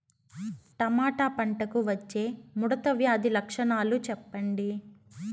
Tomato పంటకు వచ్చే ముడత వ్యాధి లక్షణాలు చెప్పండి?